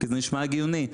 כי זה נשמע הגיוני.